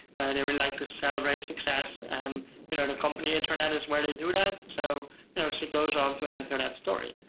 they really like to celebrate success, and the you know and company internet is where they do that, so you know she goes on to enter that story.